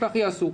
כך יעשו.